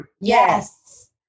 Yes